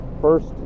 first